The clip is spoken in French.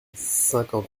cinquante